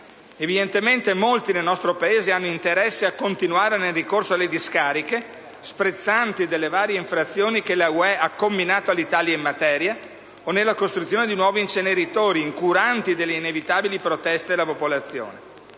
Evidentemente molti nel nostro Paese hanno interesse a continuare nel ricorso alle discariche, sprezzanti delle varie infrazioni che la UE ha comminato all'Italia in materia, o nella costruzione di nuovi inceneritori, incuranti delle inevitabili proteste della popolazione.